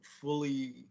fully